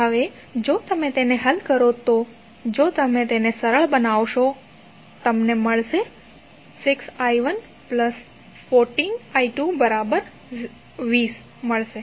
હવે જો તમે તેને હલ કરો જો તમે તેને સરળ બનાવશો તો તમને 6i114i220 મળશે